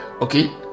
okay